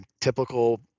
typical